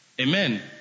Amen